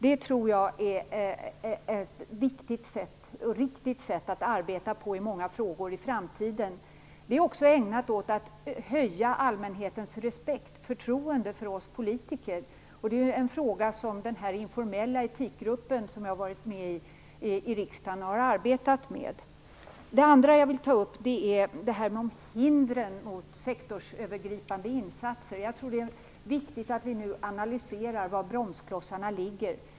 Jag tror att detta är ett riktigt sätt att arbeta på i framtiden vad gäller många frågor. Avsikten är också att höja allmänhetens förtroende för oss politiker. Detta är en fråga som den informella etikgrupp som jag har varit med i har arbetat med i riksdagen. Det andra jag vill ta upp är hindren mot sektorsövergripande insatser. Jag tror att det är viktigt att vi nu analyserar var bromsklossarna ligger.